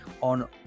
on